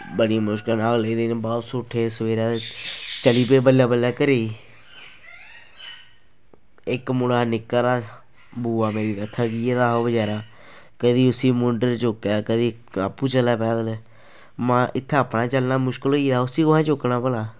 बड़ी मुश्कलै नाल बापस उट्ठे सवेरें ते चली पे बल्लें बल्लें घरै गी इक मुड़ा निक्का हारा बूआ मेरी दी थक्की गेदा हा ओह् बचैरा कदें उसी मूंढे पर चुक्कै कदें आपूं चलै पैदल महां इत्थें अपना चलना मुश्कल होई गेदा हा उसी कु'त्थें चुक्कना भला